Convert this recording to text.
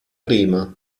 prima